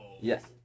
Yes